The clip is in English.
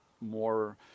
more